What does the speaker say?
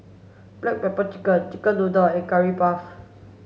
black pepper chicken chicken noodles and curry puff